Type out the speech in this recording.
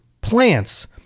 plants